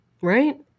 right